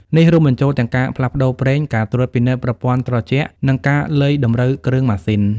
នេះរួមបញ្ចូលទាំងការផ្លាស់ប្តូរប្រេង ការត្រួតពិនិត្យប្រព័ន្ធត្រជាក់ និងការលៃតម្រូវគ្រឿងម៉ាស៊ីន។